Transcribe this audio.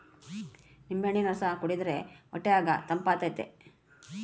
ನಿಂಬೆಹಣ್ಣಿನ ರಸ ಕುಡಿರ್ದೆ ಹೊಟ್ಯಗ ತಂಪಾತತೆ